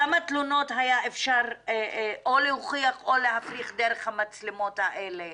כמה תלונות היה אפשר או להוכיח או להפריך דרך המצלמות האלה.